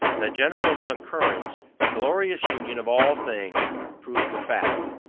the general concurrence, the glorious union of all things prove the fact.